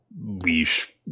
leash